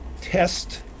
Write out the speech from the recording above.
test